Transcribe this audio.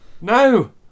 no